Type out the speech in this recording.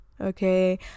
Okay